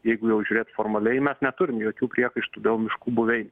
jeigu jau žiūrėt formaliai mes neturim jokių priekaištų dėl miškų buveinių